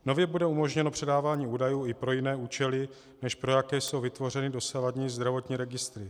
Nově bude umožněno předávání údajů i pro jiné účely, než pro jaké jsou vytvořeny dosavadní zdravotní registry.